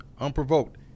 unprovoked